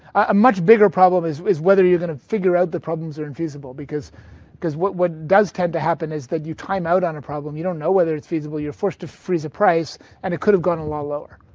a much bigger problem is is whether you're going to figure out the problems are infeasible because because what what does tend to happen is that you time-out on a problem. you don't know whether it's feasible. you're forced to freeze a price and it could have gone a lot lower.